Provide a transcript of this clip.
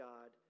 God